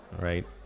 right